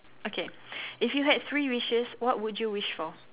okay if you had three wishes what would you wish for